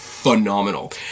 phenomenal